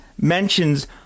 mentions